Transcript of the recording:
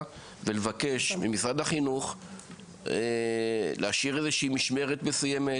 ולבקש ממשרד החינוך להשאיר איזושהי משמרת מסוימת,